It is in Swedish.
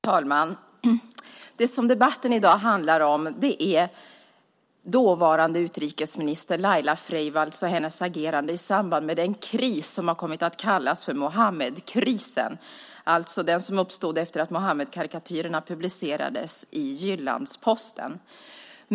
Herr talman! Vad debatten i dag handlar om är dåvarande utrikesminister Laila Freivalds och hennes agerande i samband med en kris som kommit att kallas för Muhammedkrisen, alltså den kris som uppstod efter det att Muhammedkarikatyrerna publicerats i Jyllands-Posten.